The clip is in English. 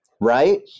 right